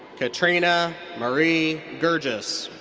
katrina marie girgis.